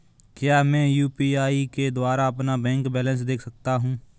क्या मैं यू.पी.आई के द्वारा अपना बैंक बैलेंस देख सकता हूँ?